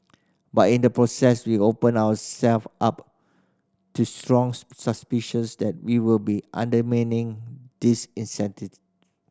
but in the process we opened ourselves up to strong suspicions that we were undermining these